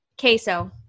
queso